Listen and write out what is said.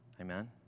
Amen